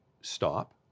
stop